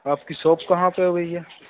आपकी शॉप कहाँ पर है भैया